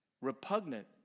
repugnant